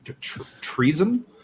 treason